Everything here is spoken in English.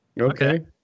Okay